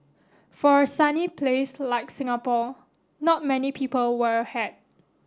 for a sunny place like Singapore not many people wear a hat